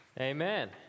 Amen